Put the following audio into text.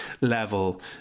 level